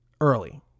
early